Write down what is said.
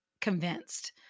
convinced